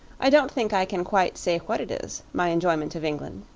i don't think i can quite say what it is, my enjoyment of england.